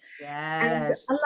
Yes